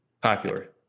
Popular